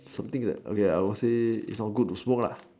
something that okay I would say is not good to smoke